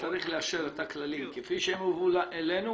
צריך לאשר את הכללים כפי שהם הובאו אלינו